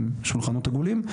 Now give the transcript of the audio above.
עם שולחנות עגולים.